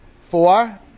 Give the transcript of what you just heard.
Four